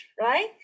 right